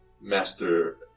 Master